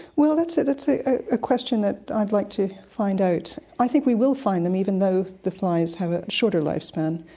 well that's a that's a question that i'd like to find out. i think we will find them even though the flies have a shorter lifespan,